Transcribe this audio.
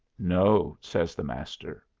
no, says the master.